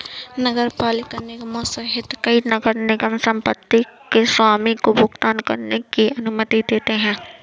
नगरपालिका निगमों सहित कई नगर निगम संपत्ति के स्वामी को भुगतान करने की अनुमति देते हैं